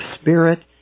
spirit